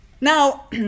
Now